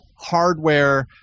hardware